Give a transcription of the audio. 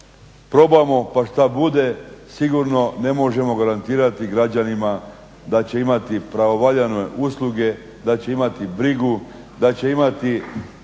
probamo pa što bude sigurno ne možemo garantirati građanima da će imati pravovaljane usluge, da će imati brigu, da će imati